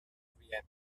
soviètica